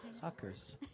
Suckers